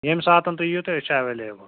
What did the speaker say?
ییٚمہِ ساتہٕ تُہۍ یِیِو تہٕ أسۍ چھِ ایولیبل